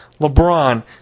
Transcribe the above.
LeBron